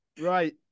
Right